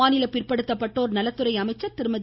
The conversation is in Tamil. மாநில பிற்படுத்தப்பட்டோர் நலத்துறை அமைச்சர் திருமதி